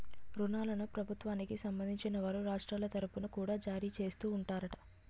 ఋణాలను ప్రభుత్వానికి సంబంధించిన వారు రాష్ట్రాల తరుపున కూడా జారీ చేస్తూ ఉంటారట